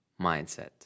Mindset